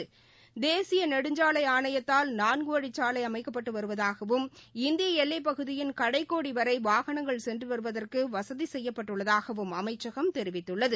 நான்குவழிச் தேசியநெடுஞ்சாலைஆணையத்தால் சாலைஅமைக்கப்பட்டுவருவதாகவும் இந்தியஎல்லைப்பகுதியின் கடைக்கோடிவரைவாகனங்கள் சென்றுவருவதற்குவசதிசெய்யப்பட்டுள்ளதாகவம் அமைச்சகம் தெரிவித்துள்ளது